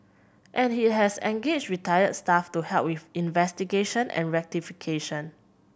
and it has engaged retired staff to help with investigation and rectification